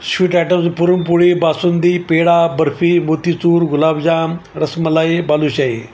sweet items puran poli basundi peda barfi motichoor gulab jamun rasmalai balushahi